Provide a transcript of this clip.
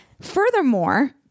Furthermore